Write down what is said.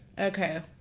Okay